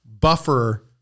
buffer